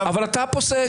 אבל אתה הפוסק.